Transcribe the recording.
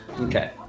Okay